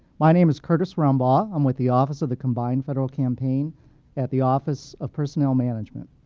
my name is curtis rumbaugh. i'm with the office of the combined federal campaign at the office of personnel management.